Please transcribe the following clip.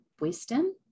wisdom